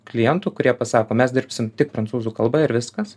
klientų kurie pasako mes dirbsim tik prancūzų kalba ir viskas